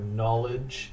knowledge